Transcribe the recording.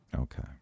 Okay